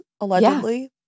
allegedly